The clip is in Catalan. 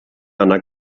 anar